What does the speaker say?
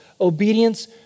Obedience